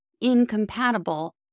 incompatible